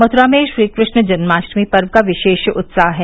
मथुरा में श्रीकृष्ण जन्माष्टमी पर्व का विशेष उत्साह है